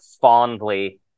fondly